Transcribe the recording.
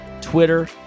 Twitter